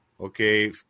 Okay